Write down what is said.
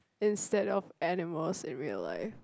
instead of animals in real life